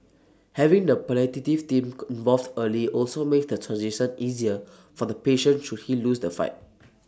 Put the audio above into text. having the palliative team involved early also makes the transition easier for the patient should he lose the fight